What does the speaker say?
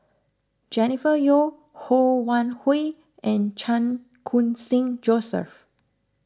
Jennifer Yeo Ho Wan Hui and Chan Khun Sing Joseph